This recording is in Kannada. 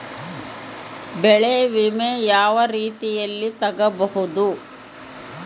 ಬೆಳೆ ವಿಮೆ ಯಾವ ರೇತಿಯಲ್ಲಿ ತಗಬಹುದು?